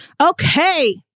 Okay